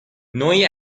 نوعی